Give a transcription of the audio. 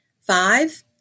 five